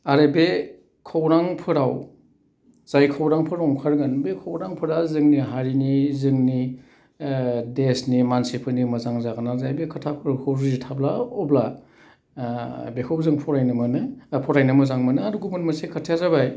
आरो बे खौरांफोराव जाय खौरांफोर ओंखारगोन बे खौरांफोरा जोंनि हारिनि जोंनि देशनि मानसिफोरनि मोजां जागोन ना जाया बे खोथाफोरखौ जुजिथाब्ला अब्ला बेखौ जों फरायनो मोनो फरायनो मोजां मोनो आरो गुबुन मोनसे खोथाया जाबाय